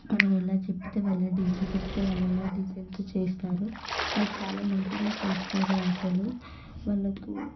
మనం ఎలా చెప్తే వాళ్ళు డిజైన్ చెప్తే వాళ్ళు అలా డిజైన్ చేస్తారు వాళ్ళు చాలా మంచిగా చేస్తారు అసలు వాళ్ళకు